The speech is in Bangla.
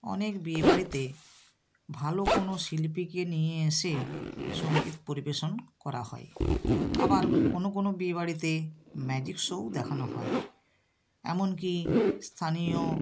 অনেক বিয়ে বাড়িতে ভালো কোনও শিল্পীকে নিয়ে এসে সঙ্গীত পরিবেশন করা হয় আবার কোনও কোনও বিয়ে বাড়িতে ম্যাজিক শোও দেখানো হয় এমনকি স্থানীয়